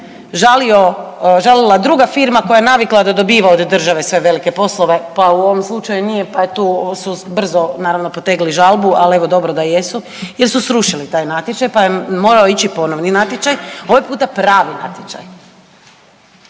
žalila druga firma koja je navikla da dobiva od države sve velike poslove, pa u ovom slučaju nije pa su tu brzo naravno potegli žalbu. Ali evo dobro da jesu, jer su srušili taj natječaj pa je morao ići ponovni natječaj, ovaj puta pravi natječaj